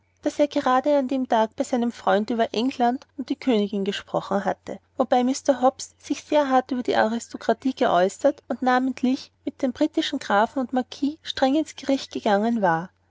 daß er gerade an dem tage mit seinem freunde über england und die königin gesprochen hatte wobei mr hobbs sich sehr hart über die aristokratie geäußert und namentlich mit den britischen grafen und marquis streng ins gericht gegangen war